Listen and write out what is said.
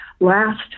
last